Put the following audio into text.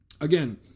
Again